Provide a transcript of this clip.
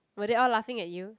were they all laughing at you